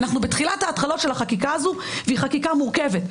אנחנו בתחילת ההתחלות של החקיקה הזאת והיא חקיקה מורכבת,